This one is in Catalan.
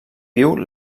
viu